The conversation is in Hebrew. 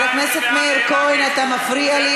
עכשיו תשב.